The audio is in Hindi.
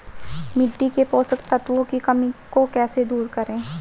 मिट्टी के पोषक तत्वों की कमी को कैसे दूर करें?